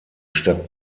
stadt